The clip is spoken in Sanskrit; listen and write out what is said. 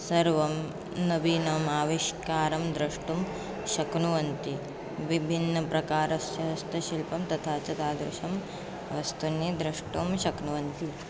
सर्वं नवीनम् आविष्कारं द्रष्टुं शक्नुवन्ति विभिन्नप्रकारस्य हस्तशिल्पं तथा च तादृशं वस्तूनि द्रष्टुं शक्नुवन्ति